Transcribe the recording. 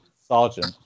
Sergeant